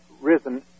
risen